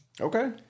Okay